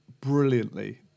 brilliantly